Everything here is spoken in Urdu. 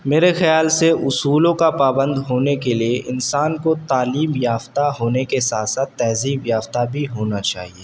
میرے خیال سے اصولوں کا پابند ہونے کے لیے انسان کو تعلیم یافتہ ہونے کے ساتھ ساتھ تہذیب یافتہ بھی ہونا چاہیے